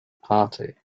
party